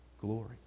glory